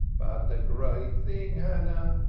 but the great thing, hannah,